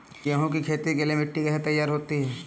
गेहूँ की खेती के लिए मिट्टी कैसे तैयार होती है?